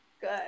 good